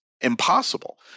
Impossible